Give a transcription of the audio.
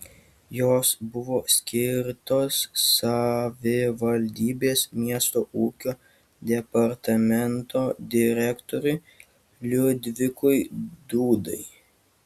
jos buvo skirtos savivaldybės miesto ūkio departamento direktoriui liudvikui dūdai